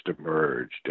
emerged